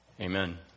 amen